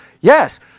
Yes